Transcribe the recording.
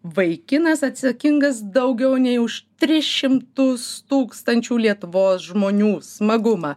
vaikinas atsakingas daugiau nei už tris šimtus tūkstančių lietuvos žmonių smagumą